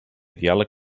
diàleg